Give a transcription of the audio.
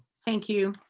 thank you.